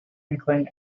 inkling